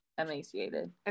emaciated